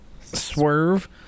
swerve